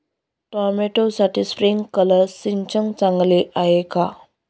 टोमॅटोसाठी स्प्रिंकलर सिंचन चांगले आहे का?